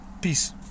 Peace